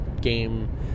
game